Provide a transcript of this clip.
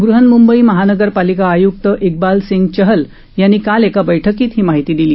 बृहन्मुंबई महानगरपालिका आयुक्त क्विबाल सिंग चहल यांनी काल एका बैठकीत ही माहिती दिली